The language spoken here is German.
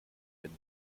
wenn